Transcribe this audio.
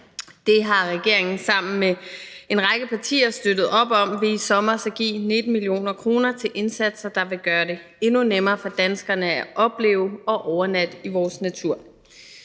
Det har regeringen sammen med en række partier støttet op om ved i sommers at give 19 mio. kr. til indsatser, der vil gøre det endnu nemmere for danskerne at opleve og overnatte i vores natur.